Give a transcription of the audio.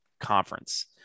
conference